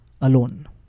alone